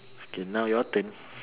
okay now your turn